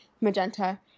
magenta